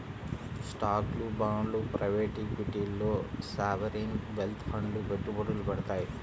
స్టాక్లు, బాండ్లు ప్రైవేట్ ఈక్విటీల్లో సావరీన్ వెల్త్ ఫండ్లు పెట్టుబడులు పెడతాయి